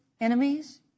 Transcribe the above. enemies